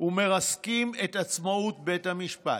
ומרסקים את עצמאות בית המשפט.